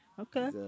Okay